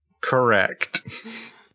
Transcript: Correct